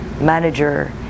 manager